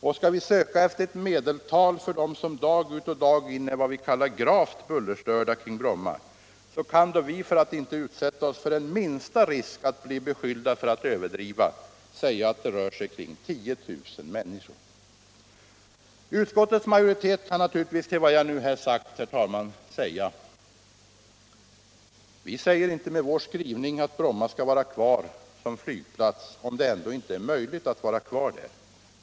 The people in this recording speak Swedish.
Och skall vi söka efter ett medeltal för dem som dag ut och dag in är vad vi kallar gravt bullerstörda kring Bromma, kan vi, för att inte utsätta oss för den minsta risk att bli beskyllda för att överdriva, säga att det rör sig kring 10000 människor. Utskottets majoritet kan naturligtvis efter vad jag nu sagt invända: Vi säger inte med vår skrivning att Bromma skall vara kvar som flygplats, om det ändå inte är möjligt att vara kvar där.